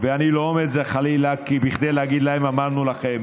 ואני לא אומר את זה חלילה כדי להגיד להם: אמרנו לכם.